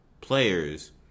players